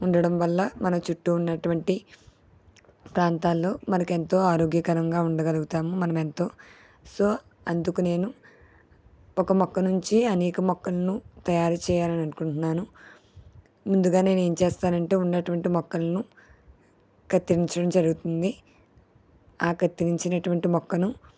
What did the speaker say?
ఉండడంవల్ల మన చుట్టు ఉన్నటువంటి ప్రాంతాల్లో మనకు ఎంతో ఆరోగ్యకరంగా ఉండగలుగుతాము మనం ఎంతో సో అందుకు నేను ఒక మొక్క నుంచి అనేక మొక్కలను తయారు చేయాలని అనుకుంటున్నాను ముందుగా నేను ఏం చేస్తానంటే ఉన్నటువంటి మొక్కలను కత్తిరించడం జరుగుతుంది ఆ కత్తిరించిన అటువంటి మొక్కను